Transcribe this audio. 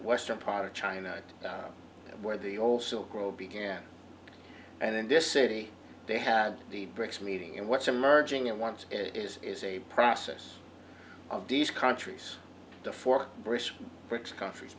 western part of china where the also grow began and in this city they had the brics meeting and what's emerging at once is is a process of these countries before british brics countries